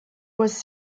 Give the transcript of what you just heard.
was